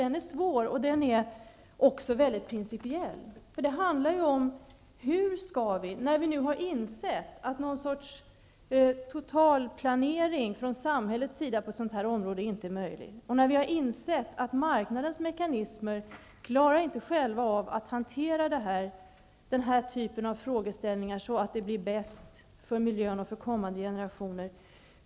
Den är svår, och den är mycket principiell. Vi har nu insett att någon sorts totalplanering från samhällets sida inte är möjlig på det här området. Vi har insett att marknadens mekanismer inte själva klarar av att hantera den här typen av frågor så att resultatet blir bäst för miljön och för kommande generationer.